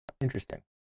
Interesting